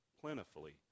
plentifully